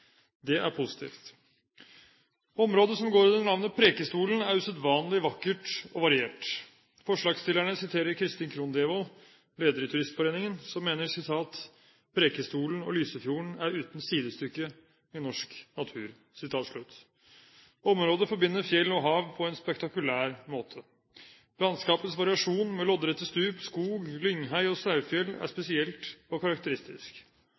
Det er positivt. Området som går under navnet Preikestolen, er usedvanlig vakkert og variert. Forslagsstillerne siterer Kristin Krohn Devold, leder i Turistforeningen, som mener at «Preikestolen og Lysefjorden er uten sidestykke i norsk natur». Området forbinder fjell og hav på en spektakulær måte. Landskapets variasjon, med loddrette stup, skog, lynghei og snaufjell, er spesielt og karakteristisk.